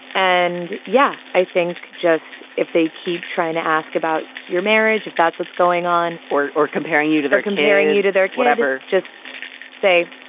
and yeah, i think just if they keep trying to ask about your marriage, if that's what's going on or or comparing you to they're comparing you to their whatever, just say,